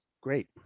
great